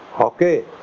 okay